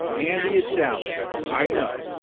andi is shallow i know,